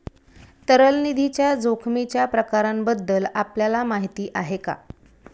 तरल निधीच्या जोखमीच्या प्रकारांबद्दल आपल्याला माहिती आहे का?